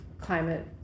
climate